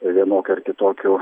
vienokių ar kitokių